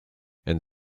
and